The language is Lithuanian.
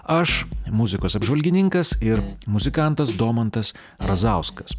aš muzikos apžvalgininkas ir muzikantas domantas razauskas